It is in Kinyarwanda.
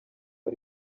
ari